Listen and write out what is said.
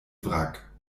wrack